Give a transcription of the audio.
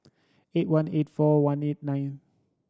eight one eight four one eight nine